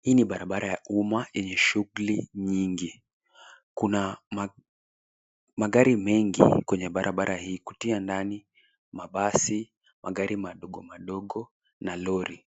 Hii ni barabara ya umma yenye shughuli nyingi. Kuna magari mengi kwenye barabara hii kutia ndani mabasi, magari madogo, madogo na lori.